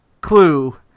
clue